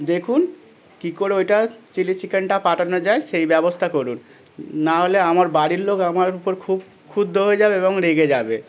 দেখুন কী করে ওইটা চিলি চিকেনটা পাঠানো যায় সেই ব্যবস্থা করুন নাহলে আমার বাড়ির লোক আমার উপর খুব ক্ষুব্ধ হয়ে যাবে এবং রেগে যাবে